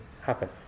happen